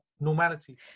normality